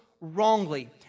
wrongly